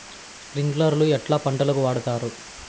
స్ప్రింక్లర్లు ఎట్లా పంటలకు వాడుతారు?